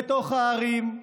בתוך הערים,